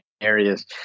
areas